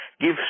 Give